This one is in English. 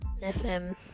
FM